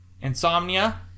Insomnia